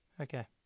Okay